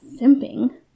simping